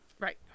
Right